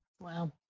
Wow